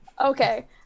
Okay